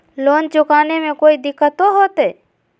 Loan चुकाने में कोई दिक्कतों होते?